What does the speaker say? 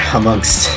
amongst